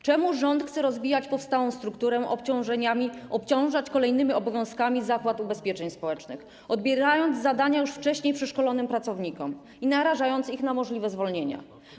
Czemu rząd chce rozbijać powstałą strukturę, obciążać kolejnymi obowiązkami Zakład Ubezpieczeń Społecznych, odbierając zadania już wcześniej przeszkolonym pracownikom i narażając ich na możliwe zwolnienia?